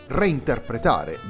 reinterpretare